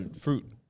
Fruit